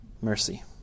mercy